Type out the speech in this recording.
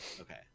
Okay